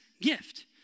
gift